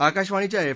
आकाशवाणीच्या एफ